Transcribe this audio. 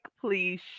please